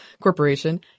Corporation